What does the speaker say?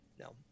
no